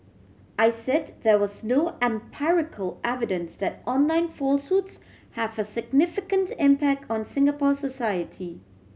I said there was no empirical evidence that online falsehoods have a significant impact on Singapore society